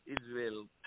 Israel